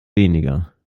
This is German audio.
weniger